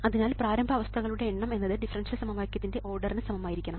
അതിനാൽ പ്രാരംഭ അവസ്ഥകളുടെ എണ്ണം എന്നത് ഡിഫറൻഷ്യൽ സമവാക്യത്തിന്റെ ഓർഡറിന് സമം ആയിരിക്കണം